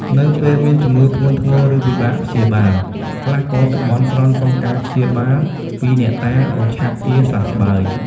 នៅពេលមានជំងឺធ្ងន់ធ្ងរ ឬពិបាកព្យាបាល ខ្លះក៏ទៅបន់ស្រន់សុំការព្យាបាល ពីអ្នកតាឱ្យឆាប់ជាសះស្បើយ។